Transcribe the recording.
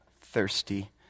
thirsty